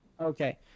Okay